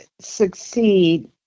succeed